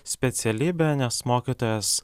specialybė nes mokytojas